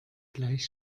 gleich